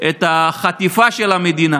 את החטיפה של המדינה